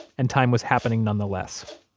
and time was happening nonetheless.